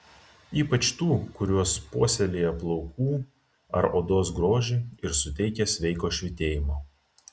ypač tų kurios puoselėja plaukų ar odos grožį ir suteikia sveiko švytėjimo